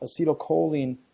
acetylcholine